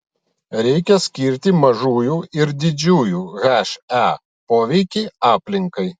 reikia skirti mažųjų ir didžiųjų he poveikį aplinkai